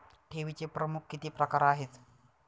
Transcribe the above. ठेवीचे प्रमुख किती प्रकार आहेत?